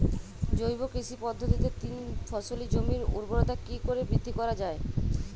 জৈব কৃষি পদ্ধতিতে তিন ফসলী জমির ঊর্বরতা কি করে বৃদ্ধি করা য়ায়?